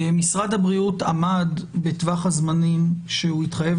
משרד הבריאות עמד בטווח הזמנים שהוא התחייב